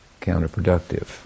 counterproductive